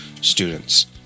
students